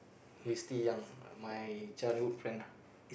he's still young my childhood friend lah